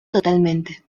totalmente